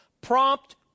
Prompt